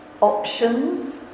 options